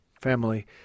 family